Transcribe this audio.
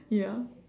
ya